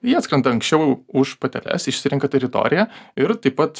jie atskrenda anksčiau už pateles išsirenka teritoriją ir taip pat